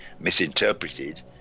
misinterpreted